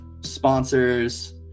sponsors